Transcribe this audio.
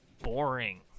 Boring